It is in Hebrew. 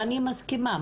ואני מסכימה,